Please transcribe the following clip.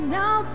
now